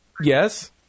Yes